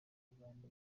uganda